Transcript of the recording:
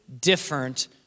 different